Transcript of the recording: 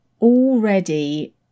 already